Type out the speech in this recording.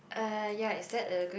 uh ya is that a good